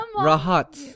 Rahat